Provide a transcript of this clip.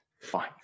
Fine